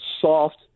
soft